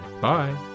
Bye